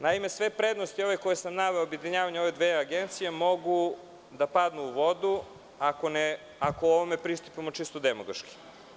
Naime, sve ove prednosti koje sam naveo u objedinjavanju ove dve agencije mogu da padnu u vodu ako ovome pristupimo čisto demagoški.